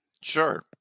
Sure